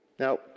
Now